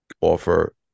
offer